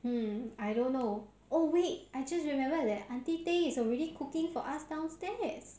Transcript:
mm I don't know oh wait I just remember that aunty tay is already cooking for us downstairs